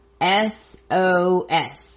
S-O-S